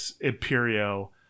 Imperio